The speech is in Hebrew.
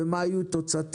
ולעדכן מה יהיו תוצאותיה.